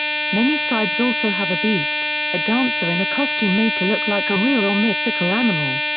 many sides also have a beast a dancer in a costume made to look like a real or mythical animal.